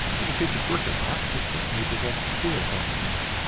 as a piece of bric-a-brac it certainly possessed few attractions,